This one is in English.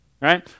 right